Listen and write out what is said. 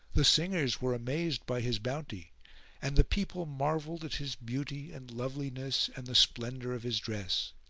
the singers were amazed by his bounty and the people marvelled at his beauty and loveliness and the splendour of his dress.